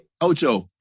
Ocho